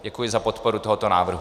Děkuji za podporu tohoto návrhu.